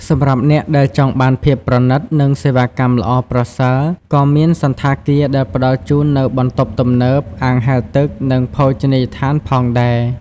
សម្រាប់អ្នកដែលចង់បានភាពប្រណីត និងសេវាកម្មល្អប្រសើរ ក៏មានសណ្ឋាគារដែលផ្តល់ជូននូវបន្ទប់ទំនើប អាងហែលទឹក និងភោជនីយដ្ឋានផងដែរ។